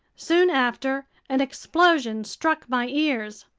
soon after, an explosion struck my ears.